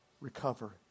recover